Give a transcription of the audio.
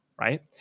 right